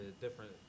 different